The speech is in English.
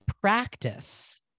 practice